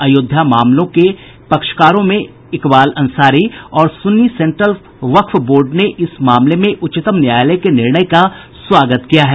अयोध्या मामले के पक्षकारों में इकबाल अंसारी और सुन्नी सेंट्रल वक्फ बोर्ड ने इस मामले में उच्चतम न्यायालय के निर्णय का स्वागत किया है